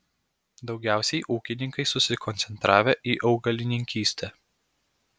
daugiausiai ūkininkai susikoncentravę į augalininkystę